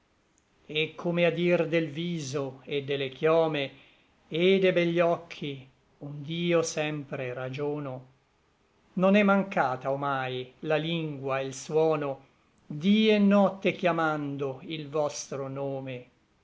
et come a dir del viso et de le chiome et de begli occhi ond'io sempre ragiono non è mancata omai la lingua e l suono dí et notte chiamando il vostro nome